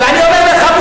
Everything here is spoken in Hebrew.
ואני אומר לך,